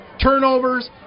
turnovers